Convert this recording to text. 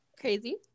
crazy